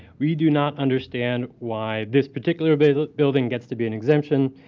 we do not understand why this particular but building gets to be an exemption,